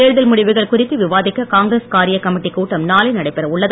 தேர்தல் முடிவுகள் குறித்து விவாதிக்க காங்கிரஸ் காரிய கமிட்டி கூட்டம் நாளை நடைபெறவுள்ளது